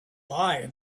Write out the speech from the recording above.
lie